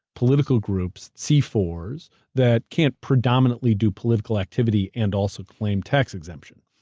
political groups, c four s, that can't predominantly do political activity and also claim tax exemption.